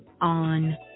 on